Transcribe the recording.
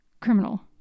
criminal